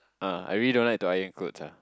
ah I really don't like to iron clothes ah